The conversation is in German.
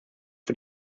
für